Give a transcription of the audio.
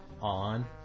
on